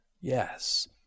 Yes